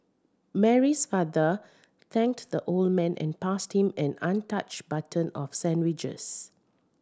Mary's father thanked the old man and passed him an untouched box of sandwiches